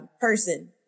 person